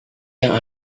yang